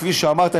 כפי שאמרת,